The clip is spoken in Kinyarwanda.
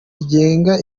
rigena